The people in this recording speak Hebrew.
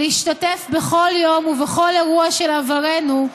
להשתתף בכל יום ובכל אירוע של עברנו,